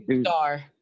star